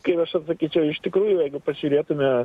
kaip aš atsakyčiau iš tikrųjų jeigu pažiūrėtume